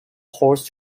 horse